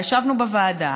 ישבנו בוועדה